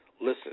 Listen